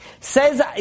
Says